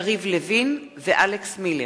יריב לוין ואלכס מילר.